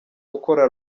ukora